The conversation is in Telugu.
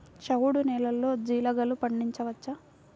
చవుడు నేలలో జీలగలు పండించవచ్చా?